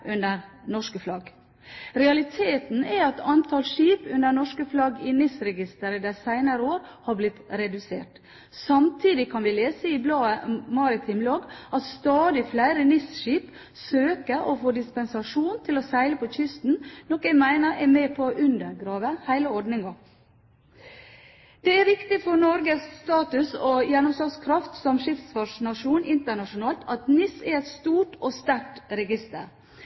under norsk flagg. Realiteten er at antall skip under norsk flagg i NIS de senere år er redusert. Samtidig kan vi lese i bladet Maritim Logg at stadig flere NIS-skip søker og får dispensasjon til å seile på kysten, noe jeg mener er med på å undergrave hele ordningen. Det er viktig for Norges status og gjennomslagskraft som skipsfartsnasjon internasjonalt at NIS er et stort og sterkt register.